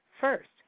first